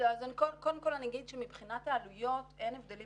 קודם כל אני אגיד שמבחינת העלויות אין הבדלים